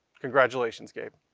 congratulations, gabe.